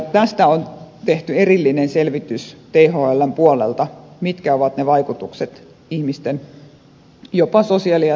tästä on tehty erillinen selvitys thln puolelta mitkä ovat ne vaikutukset jopa ihmisten sosiaali ja terveyskysymyksiin